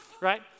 Right